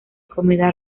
comida